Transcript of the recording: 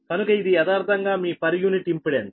కనుక ఇది యదార్థంగా మీ పర్ యూనిట్ ఇంపెడెన్స్